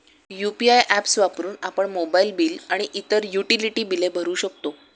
UPI apps वापरून आपण mobile bill आणि इतर युटिलिटी बिले भरू शकतो